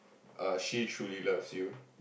err she truly loves you